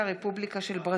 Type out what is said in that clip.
החל בהצעת חוק פ/1866/23